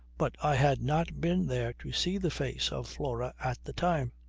but i had not been there to see the face of flora at the time.